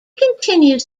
continues